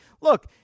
look